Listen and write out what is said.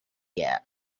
yet